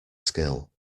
skill